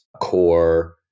core